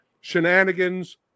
shenanigans